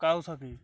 Kawasaki